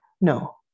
no